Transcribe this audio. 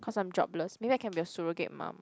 cause I'm jobless maybe I can be a surrogate mum